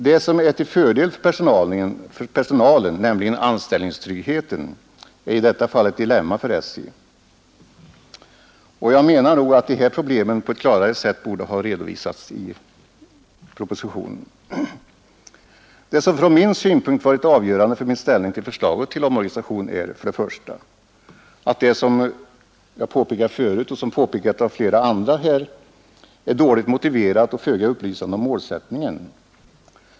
Det som är till fördel för personalen, nämligen anställningstryggheten, är i detta fall ett dilemma för SJ. Jag menar att dessa problem på ett klarare sätt borde ha redovisats i propositionen. Det som från min synpunkt varit avgörande för min inställning till förslaget till omorganisation är följande. För det första är förslaget — som jag förut påpekat och som även påpekats av flera andra — dåligt motiverat och föga upplysande om målsättningen.